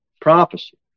prophecy